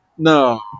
No